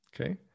okay